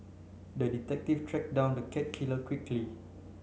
the detective tracked down the cat killer quickly